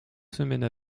semaines